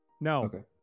No